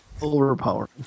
overpowering